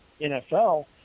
NFL